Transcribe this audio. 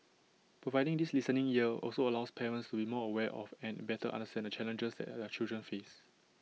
providing this listening ear also allows parents to be more aware of and better understand the challenges their children face